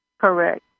Correct